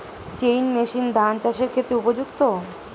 Chain machine ধান চাষের ক্ষেত্রে উপযুক্ত?